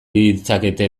ditzakete